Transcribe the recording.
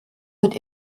mit